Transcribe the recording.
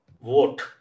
vote